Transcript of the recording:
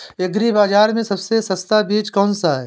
Agree बाज़ार में सबसे सस्ता बीज कौनसा है?